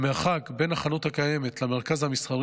המרחק בין החנות הקיימת למרכז המסחרי